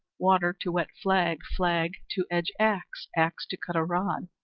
water to wet flag, flag to edge axe, axe to cut a rod,